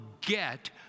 get